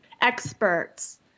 experts